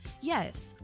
Yes